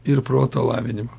ir proto lavinimo